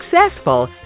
successful